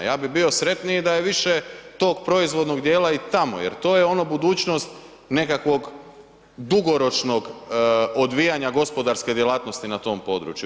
Ja bih bio sretniji da je više tog proizvodnog dijela i tamo jer to je ono budućnost nekakvog dugoročnog odvijanja gospodarske djelatnosti na tom području.